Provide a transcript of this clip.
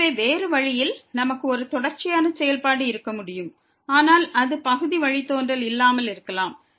எனவே வேறு வழியில் நமக்கு ஒரு தொடர்ச்சியான செயல்பாடு இருக்க முடியும் ஆனால் அது பகுதி வழித்தோன்றல் இல்லாமல் இருக்கலாம்